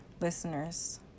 listeners